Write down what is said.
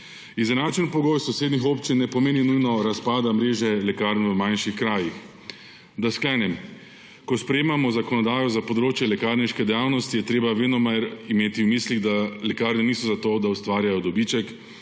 Izenačeni pogoj sosednjih občin ne pomeni nujno razpada mreže lekarn v manjših krajih. Da sklenem. Ko sprejemamo zakonodajo za področje lekarniške dejavnosti, je treba venomer imeti v mislih, da lekarne niso za to, da ustvarjajo dobiček,